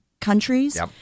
countries